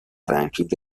رنکینگ